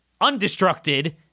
undestructed